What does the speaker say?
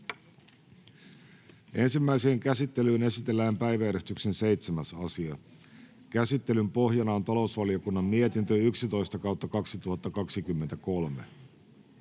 Ensimmäiseen käsittelyyn esitellään päiväjärjestyksen 7. asia. Käsittelyn pohjana on talousvaliokunnan mietintö TaVM 11/2023